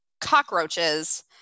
cockroaches